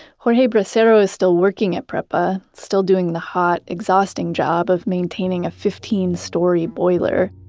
jorge bracero is still working at prepa, still doing the hot, exhausting job of maintaining a fifteen story boiler.